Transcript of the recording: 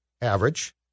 average